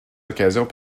occasions